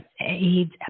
AIDS